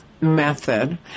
method